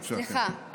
סליחה.